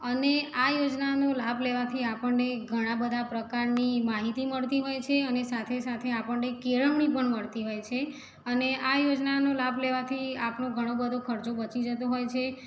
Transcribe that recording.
અને આ યોજનાનો લાભ લેવાથી આપણને ઘણાં બધા પ્રકારની માહિતી મળતી હોય છે અને સાથે સાથે આપણને કેળવણી પણ મળતી હોય છે અને આ યોજનાનો લાભ લેવાથી આપણો ઘણો બધો ખર્ચો બચી જતો હોય છે